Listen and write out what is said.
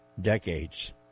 decades